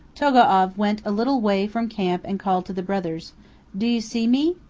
togo'av went a little way from camp and called to the brothers do you see me!